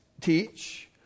teach